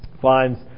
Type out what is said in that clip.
finds